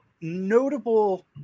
notable